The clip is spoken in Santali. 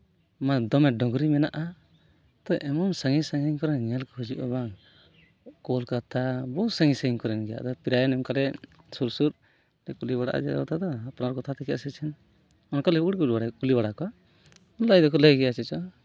ᱢᱟᱱᱮ ᱫᱚᱢᱮ ᱰᱚᱝᱨᱤ ᱢᱮᱱᱟᱜᱼᱟ ᱛᱳ ᱮᱢᱚᱱ ᱥᱟᱺᱜᱤᱧ ᱥᱟᱺᱜᱤᱧ ᱠᱚᱨᱮᱱ ᱧᱮᱞ ᱠᱚ ᱦᱤᱡᱩᱜᱼᱟ ᱵᱟᱝ ᱠᱳᱞᱠᱟᱛᱟ ᱵᱚᱦᱩᱫ ᱥᱟᱺᱜᱤᱧ ᱥᱟᱺᱜᱤᱧ ᱠᱚᱨᱮᱱᱜᱮ ᱟᱫᱚ ᱯᱨᱟᱭ ᱱᱚᱝᱠᱟᱜᱮ ᱥᱩᱨ ᱥᱩᱨ ᱞᱮ ᱠᱩᱞᱤ ᱵᱟᱲᱟᱜᱼᱟ ᱡᱮ ᱫᱟᱫᱟ ᱟᱯᱱᱟᱨᱟ ᱠᱳᱛᱷᱟ ᱛᱷᱮᱠᱮ ᱮᱥᱮᱪᱷᱮᱱ ᱱᱚᱝᱠᱟᱞᱮ ᱩᱲ ᱩᱲᱞᱮ ᱠᱩᱞᱤ ᱵᱟᱲᱟ ᱠᱚᱣᱟ ᱞᱟᱹᱭ ᱫᱚᱠᱚ ᱞᱟᱹᱭ ᱜᱮᱭᱟ ᱪᱮᱫ ᱪᱚᱝ